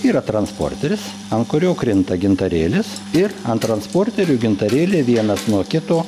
yra transporteris ant kurio krinta gintarėlis ir ant transporterių gintarėliai vienas nuo kito